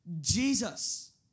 Jesus